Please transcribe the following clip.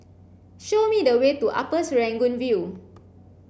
show me the way to Upper Serangoon View